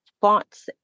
fonts